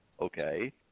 Okay